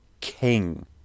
king